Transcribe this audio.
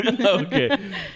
Okay